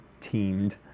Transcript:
teamed